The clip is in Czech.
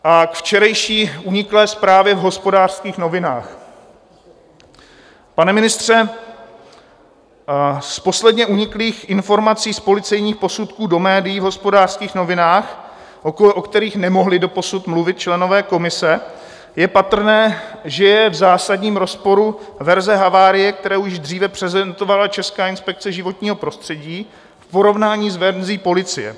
A k včerejší uniklé zprávě v Hospodářských novinách, pane ministře, z posledně uniklých informací z policejních posudků do médií v Hospodářských novinách, o kterých nemohli doposud mluvit členové komise, je patrné, že je v zásadním rozporu verze havárie, kterou už dříve prezentovala Česká inspekce životního prostředí, v porovnání s verzí policie.